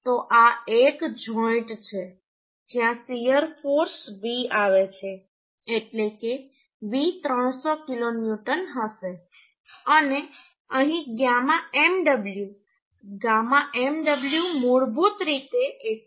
તો આ એક જોઈન્ટ છે જ્યાં શીયર ફોર્સ V આવે છે એટલે કે V 300 કિલોન્યુટન હશે અને અહીં γ mw γ mw મૂળભૂત રીતે 1